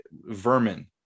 vermin